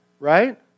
Right